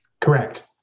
Correct